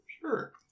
Sure